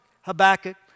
Habakkuk